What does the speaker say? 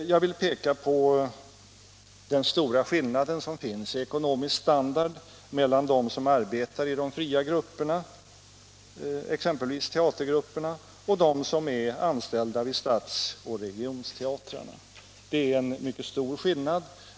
Jag vill peka på den stora skillnad som finns i ekonomisk standard mellan dem som arbetar i de fria grupperna — exempelvis teatergrupperna — och dem som är anställda vid stadsoch regionteatrarna. Det är en mycket stor skillnad.